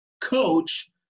coach